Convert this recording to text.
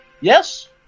Yes